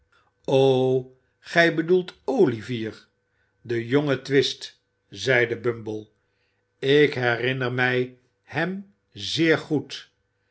o gij bedoelt olivier den jongen twist zeide bumb e ik herinner mij hem zeer goed